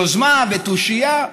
יוזמה ותושייה,